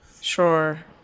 Sure